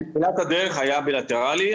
בתחילת הדרך זה היה בילטרלי,